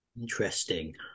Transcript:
Interesting